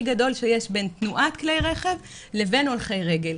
גדול שיש בין תנועת כלי רכב לבין הולכי רגל.